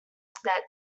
that